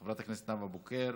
חברת הכנסת נאוה בוקר,